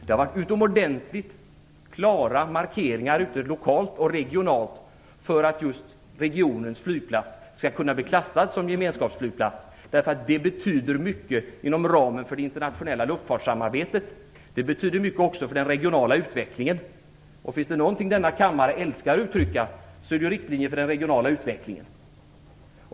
Det har gjorts utomordentligt klara markeringar lokalt och regionalt för att just regionens flygplats skall kunna bli klassad som gemenskapsflygplats, därför att det betyder mycket inom ramen för det internationella luftfartssamarbetet. Det betyder mycket också för den regionala utvecklingen. Finns det någonting som denna kammare älskar att uttrycka så är det riktlinjer för den regionala utvecklingen.